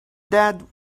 dad